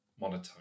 monotone